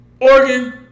Oregon